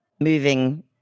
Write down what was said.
Moving